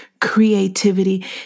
creativity